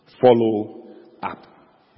Follow-up